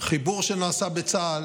החיבור שנעשה בצה"ל